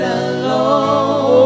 alone